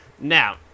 Now